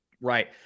Right